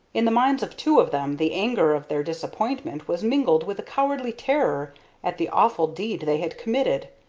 in the minds of two of them the anger of their disappointment was mingled with a cowardly terror at the awful deed they had committed,